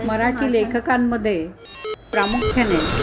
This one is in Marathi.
मराठी लेखकांमध्ये प्रामुख्याने